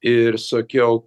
ir sakiau